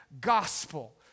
gospel